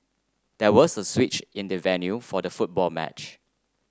there was a switch in the venue for the football match